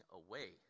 away